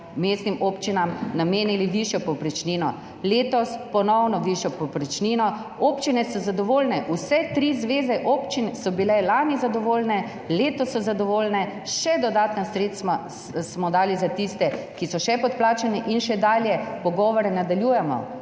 mestnim občinam namenili višjo povprečnino, letos ponovno višjo povprečnino. Občine so zadovoljne. Vse tri zveze občin so bile lani zadovoljne, letos so zadovoljne, še dodatna sredstva smo dali za tiste, ki so še podplačane in še dalje nadaljujemo